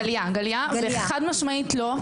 חד-משמעית לא.